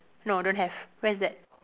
no don't have where is that